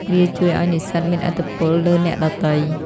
វាជួយឱ្យនិស្សិតមានឥទ្ធិពលលើអ្នកដទៃ។